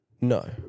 No